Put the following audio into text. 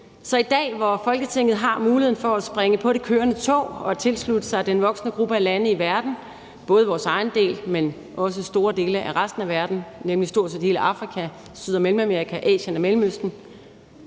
så i dag, hvor Folketinget har muligheden for at springe på det kørende tog og tilslutte sig den voksende gruppe af lande i verden, både i vores egen del, men også i store dele af resten af verden, nemlig stort set hele Afrika, Syd- og Mellemamerika, Asien og Mellemøsten,